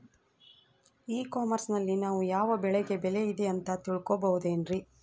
E commerce ನಲ್ಲಿ ನಾವು ಯಾವ ಬೆಳೆಗೆ ಬೆಲೆ ಇದೆ ಅಂತ ತಿಳ್ಕೋ ಬಹುದೇನ್ರಿ?